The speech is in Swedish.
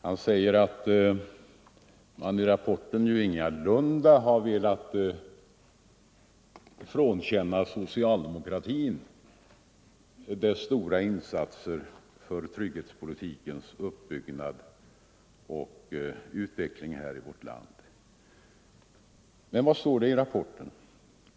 Han säger att man i rapporten ingalunda har velat frånkänna socialdemokratin dess stora insatser för trygghetspolitikens uppbyggnad och utveckling i vårt land. Men vad står det i rapporten?